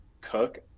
cook